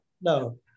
No